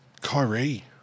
Kyrie